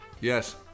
Yes